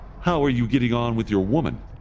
how are you getting on with your woman?